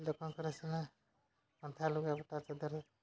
ସେ ଦୋକାନ କରେ ସିନା କନ୍ଥା ଲୁଗାପଟା ଚଦର